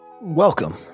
Welcome